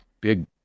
big